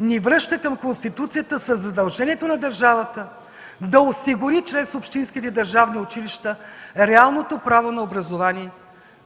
ни връща към Конституцията със задължението държавата да осигури чрез общинските и държавни училища реалното право на образование